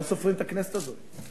לא סופרים את הכנסת הזאת.